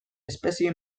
espezie